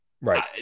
Right